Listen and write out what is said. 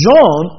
John